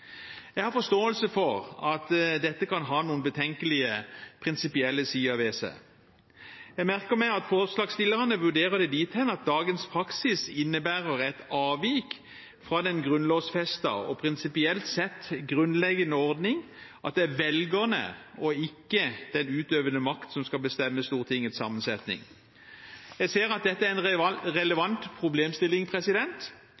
Jeg har forståelse for at dette kan ha noen betenkelige prinsipielle sider ved seg. Jeg merker meg at forslagsstillerne vurderer det dit hen at dagens praksis innebærer et avvik fra den grunnlovfestede og prinsipielt sett grunnleggende ordning, at det er velgerne og ikke den utøvende makt som skal bestemme Stortingets sammensetning. Jeg ser at dette er en